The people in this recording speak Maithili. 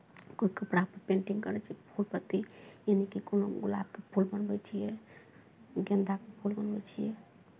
कोइ कपड़ापर पेन्टिंग करै छियै फूल पत्ती यानिकि कोनो गुलाबके फूल बनबै छियै गेन्दाके फूल बनबै छियै